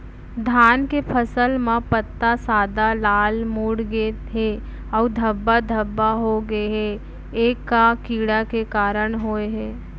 धान के फसल म पत्ता सादा, लाल, मुड़ गे हे अऊ धब्बा धब्बा होगे हे, ए का कीड़ा के कारण होय हे?